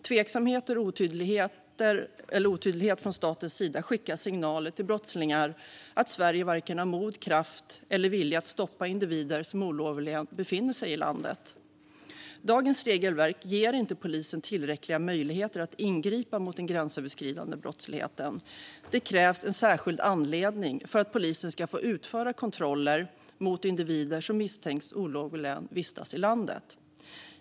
Tveksamhet och otydlighet från statens sida skickar signaler till brottslingar att Sverige varken har mod, kraft eller vilja att stoppa individer som olovligen befinner sig i landet. Dagens regelverk ger inte polisen tillräckliga möjligheter att ingripa mot den gränsöverskridande brottsligheten. Det krävs en särskild anledning för att polisen ska få utföra kontroller mot individer som misstänks olovligen vistas i landet.